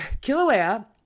Kilauea